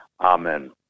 Amen